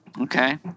Okay